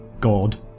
God